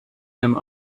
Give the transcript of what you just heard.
him